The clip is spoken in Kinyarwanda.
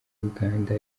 uganda